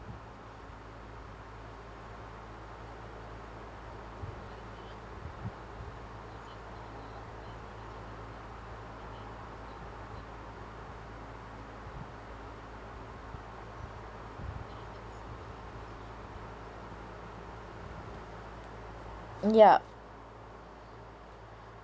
yup